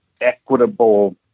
equitable